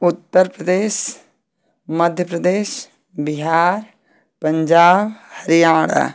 Uttar Pradesh Madhya Pradesh Bihar Punjab Haryana